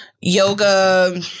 Yoga